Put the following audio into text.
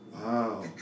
wow